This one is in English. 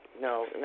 No